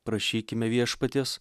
prašykime viešpaties